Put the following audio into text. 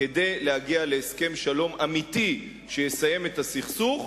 כדי להגיע להסכם שלום אמיתי שיסיים את הסכסוך,